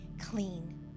clean